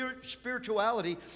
spirituality